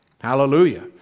Hallelujah